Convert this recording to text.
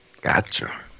Gotcha